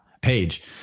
page